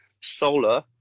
solar